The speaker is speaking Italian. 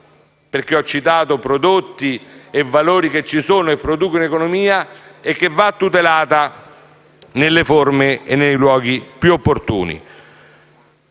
ho citato infatti prodotti e valori che ci sono, che producono economia - e che quindi va tutelata nelle forme e nei luoghi più opportuni.